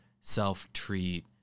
self-treat